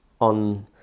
on